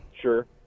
sure